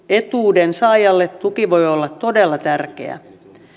etuuden saajalle tuki voi olla todella tärkeä